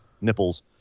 nipples